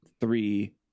three